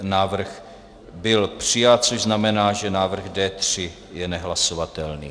Návrh byl přijat, což znamená, že návrh D3 je nehlasovatelný.